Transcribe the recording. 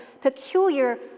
peculiar